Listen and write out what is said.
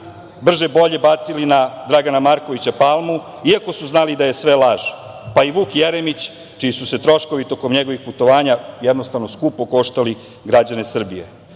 brže bolje bacili na Dragana Markovića Palmu, iako su znali da je sve laž, pa i Vuk Jeremić čiji su se troškovi tokom njegovih putovanja jednostavno skupo koštali građane